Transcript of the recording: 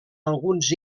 alguns